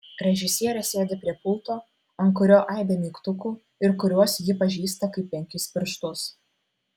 režisierė sėdi prie pulto ant kurio aibė mygtukų ir kuriuos ji pažįsta kaip penkis pirštus